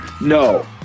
No